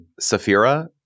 Safira